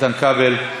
איתן כבל.